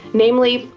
namely,